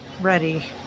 ready